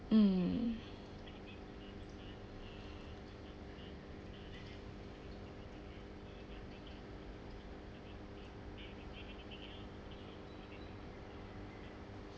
mm